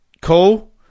Cool